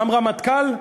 גם רמטכ"ל,